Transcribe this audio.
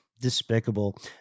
Despicable